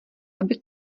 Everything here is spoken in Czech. aby